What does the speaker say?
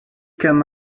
can